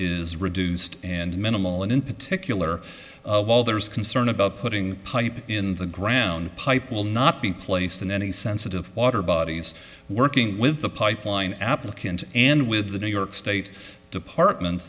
is reduced and minimal and in particular while there is concern about putting pipe in the ground pipe will not be placed in any sensitive water bodies working with the pipeline applicant and with the new york state department